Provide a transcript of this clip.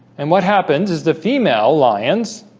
and what happens is the female lions?